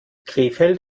krefeld